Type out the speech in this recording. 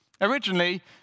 Originally